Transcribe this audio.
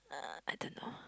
uh I don't know